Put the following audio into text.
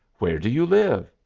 where do you live?